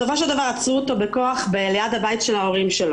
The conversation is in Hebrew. בסופו של דבר עצרו אותו בכוח ליד בית הוריו.